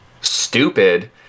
stupid